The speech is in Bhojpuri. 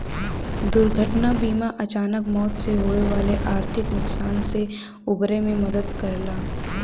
दुर्घटना बीमा अचानक मौत से होये वाले आर्थिक नुकसान से उबरे में मदद करला